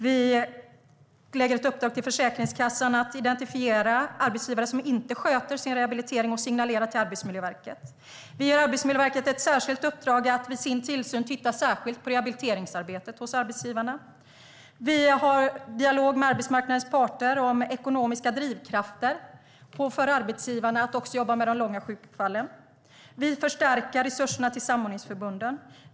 Vi ger ett uppdrag till Försäkringskassan att identifiera arbetsgivare som inte sköter sin rehabilitering och signalera till Arbetsmiljöverket. Vi ger Arbetsmiljöverket ett uppdrag att vid sin tillsyn titta särskilt på rehabiliteringsarbetet hos arbetsgivarna. Vi för dialog med arbetsmarknadens parter om ekonomiska drivkrafter för arbetsgivarna att också jobba med de långa sjukfallen. Vi förstärker resurserna till samordningsförbunden.